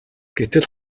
гэтэл